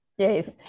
Yes